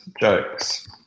jokes